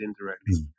indirectly